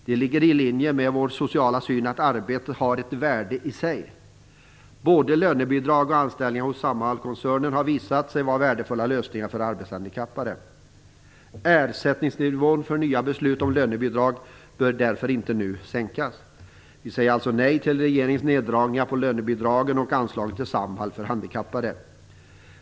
Det ligger i linje med vår sociala syn att arbete har ett värde i sig. Både lönebidrag och anställningar hos Samhallkoncernen har visat sig vara värdefulla lösningar för arbetshandikappade. Ersättningsnivån för nya beslut om lönebidrag bör därför nu inte sänkas. Vi säger alltså nej till regeringens neddragningar på lönebidragen och anslaget till Samhall för handikappade.